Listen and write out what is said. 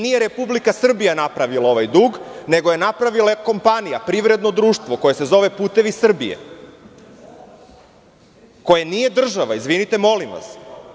Nije Republika Srbija napravila ovaj dug, nego je napravila kompanija, privrednog društvo koje se zove "Putevi Srbije", koje nije država, izvinite, molim vas.